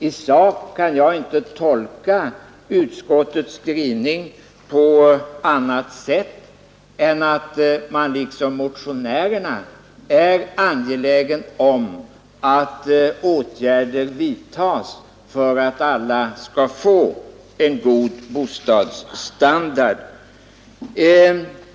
I sak kan jag inte tolka utskottets skrivning på annat sätt än att man liksom motionärerna är angelägen om att åtgärder vidtas för att alla skall få en god bostadsstandard.